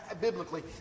Biblically